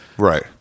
right